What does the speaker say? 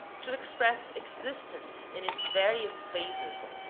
to express existence in its various phases,